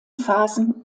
phasen